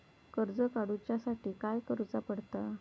कर्ज काडूच्या साठी काय करुचा पडता?